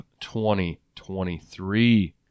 2023